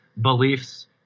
Beliefs